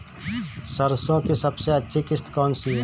सरसो की सबसे अच्छी किश्त कौन सी है?